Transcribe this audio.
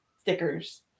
stickers